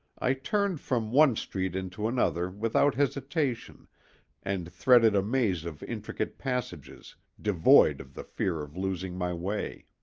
i turned from one street into another without hesitation and threaded a maze of intricate passages, devoid of the fear of losing my way.